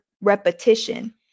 repetition